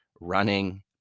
running